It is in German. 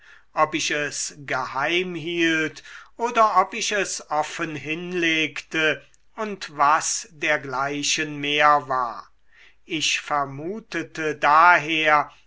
ob ich es geheim hielt oder ob ich es offen hinlegte und was dergleichen mehr war ich vermutete daher